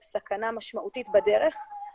שמתמודדת בדיוק עם הבעיה הזאת,